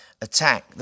attack